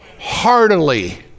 Heartily